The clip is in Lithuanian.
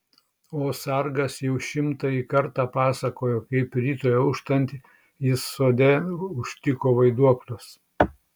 o sargas jau šimtąjį kartą pasakojo kaip rytui auštant jis sode užtiko vaiduoklius